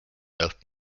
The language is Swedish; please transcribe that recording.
upp